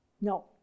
No